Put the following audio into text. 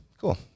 cool